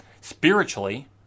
Spiritually